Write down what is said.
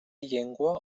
llengua